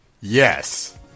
yes